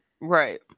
Right